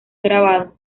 grabado